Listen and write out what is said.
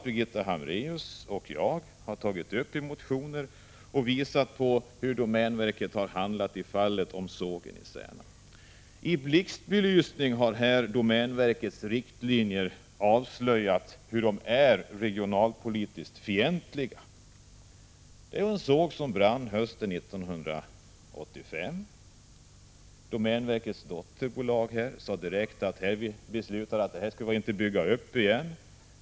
Birgitta Hambraeus och jag har i motioner visat hur domänverket har handlat i fallet med sågen i Särna. I blixtbelysning har här avslöjats hur regionalpolitiskt fientliga domänverkets riktlinjer är. Det handlar om en såg som brann hösten 1985. Ägaren, domänverkets dotterbolag, beslutade direkt att sågen inte skulle byggas upp igen.